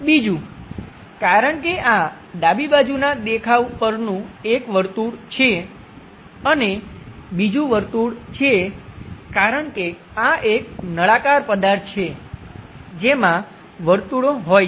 બીજું કારણ કે આ ડાબી બાજુના દેખાવ પરનું એક વર્તુળ છે અને બીજું વર્તુળ છે કારણ કે આ એક નળાકાર પદાર્થ છે જેમાં વર્તુળો હોય છે